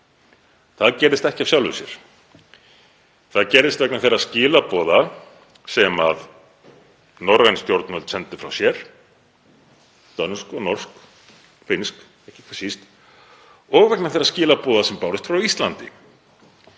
Það gerðist ekki af sjálfu sér. Það gerðist vegna þeirra skilaboða sem norræn stjórnvöld sendu frá sér, dönsk, norsk og finnsk, ekki síst, og vegna þeirra skilaboða sem bárust frá Íslandi